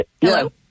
Hello